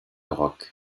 rock